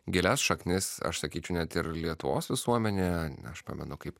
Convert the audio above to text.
gilias šaknis aš sakyčiau net ir lietuvos visuomenėje aš pamenu kaip